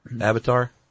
Avatar